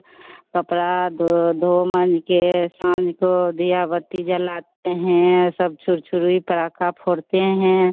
कपड़ा धो धो माँज कर साँझ को दिया बत्ती जलाते हें सब छुरछुरी पटाका फोड़ते हैं